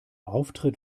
auftritt